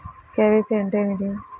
KYC అంటే ఏమిటి?